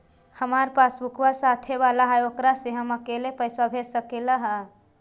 हमार पासबुकवा साथे वाला है ओकरा से हम अकेले पैसावा भेज सकलेहा?